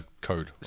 code